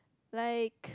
like